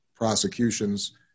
prosecutions